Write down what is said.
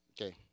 okay